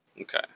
Okay